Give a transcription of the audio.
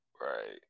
Right